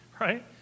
right